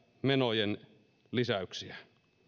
menojen lisäyksiä